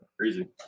Crazy